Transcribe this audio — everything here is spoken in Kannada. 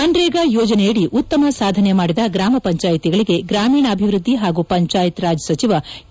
ಮನ್ರೇಗಾ ಯೋಜನೆಯಡಿ ಉತ್ತಮ ಸಾಧನೆ ಮಾಡಿದ ಗ್ರಾಮಪಂಚಾಯಿತಿಗಳಿಗೆ ಗ್ರಾಮೀಣಾಭಿವೃದ್ದಿ ಹಾಗೂ ಪಂಚಾಯತ್ರಾಜ್ ಸಚಿವ ಕೆ